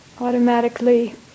automatically